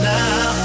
now